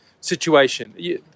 situation